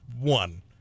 one